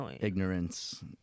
Ignorance